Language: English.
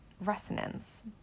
resonance